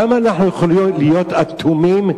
כמה אנחנו יכולים להיות אטומים,